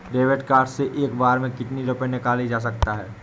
David card से एक बार में कितनी रूपए निकाले जा सकता है?